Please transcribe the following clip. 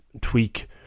tweak